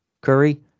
Curry